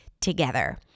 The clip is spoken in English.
together